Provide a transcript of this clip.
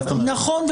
נכון,